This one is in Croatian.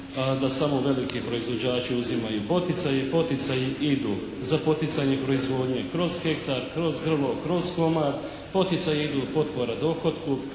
da samo veliki proizvođači uzimaju poticaje, poticaji idu za poticanje proizvodnje kroz hektar, kroz grlo, kroz …/Govornik se ne razumije./…, poticaji idu potpora dohotku,